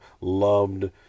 loved